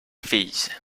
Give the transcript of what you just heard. fills